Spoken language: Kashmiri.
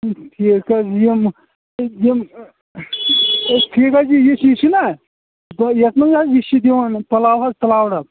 ٹھیٖک حظ یِم یِم یِم یہِ ٹھیٖک حظ چھِ یُس یہِ چھنہ یَتھ منٛز حظ یہِ چھِ دِوان پلاو حظ پَلاو ڈَب